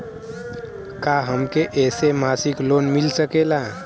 का हमके ऐसे मासिक लोन मिल सकेला?